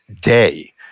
day